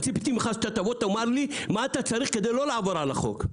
אני ציפיתי ממך שתבוא ותאמר לי מה אתה צריך כדי לא לעבור על החוק.